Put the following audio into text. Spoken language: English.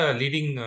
leading